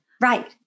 Right